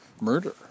murder